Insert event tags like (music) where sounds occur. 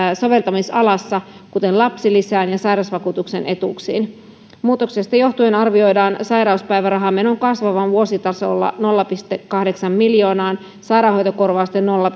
soveltamisalassa kuten lapsilisään ja sairausvakuutuksen etuuksiin muutoksesta johtuen arvioidaan sairauspäivärahamenon kasvavan vuositasolla nolla pilkku kahdeksan miljoonaa sairaanhoitokorvausten nolla (unintelligible)